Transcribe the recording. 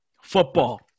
football